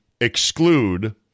exclude